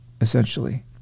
essentially